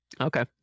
okay